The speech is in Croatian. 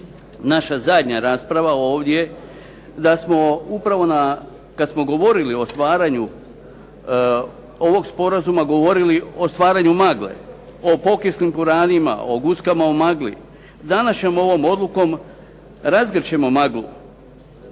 naša zadnja rasprava ovdje, da smo upravo kad smo govorili o stvaranju ovog sporazuma govorili o stvaranju magle, o pokislim puranima, o guskama u magli, današnjom ovom odlukom razgrćemo maglu.